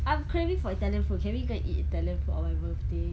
I'm craving for italian food can we go and eat italian food on my birthday